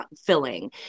filling